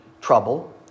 trouble